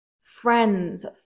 friends